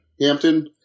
Hampton